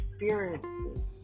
experiences